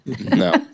No